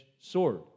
sword